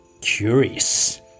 curious